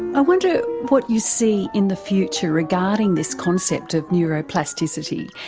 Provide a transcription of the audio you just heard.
i wonder what you see in the future regarding this concept of neuroplasticity.